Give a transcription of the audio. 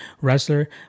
wrestler